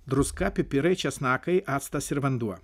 druska pipirai česnakai actas ir vanduo